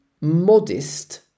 modest